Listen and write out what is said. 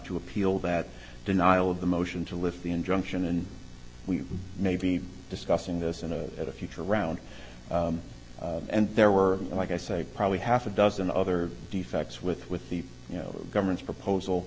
to appeal that denial of the motion to lift the injunction and we may be discussing this in a at a future round and there were like i say probably half a dozen other defects with with the you know government's proposal